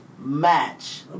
match